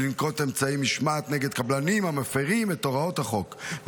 ולנקוט אמצעי משמעת נגד קבלנים המפירים את הוראות החוק,